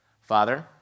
Father